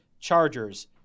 Chargers